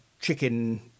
chicken